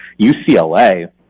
UCLA